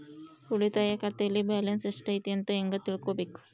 ಉಳಿತಾಯ ಖಾತೆಯಲ್ಲಿ ಬ್ಯಾಲೆನ್ಸ್ ಎಷ್ಟೈತಿ ಅಂತ ಹೆಂಗ ತಿಳ್ಕೊಬೇಕು?